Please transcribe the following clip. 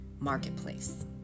marketplace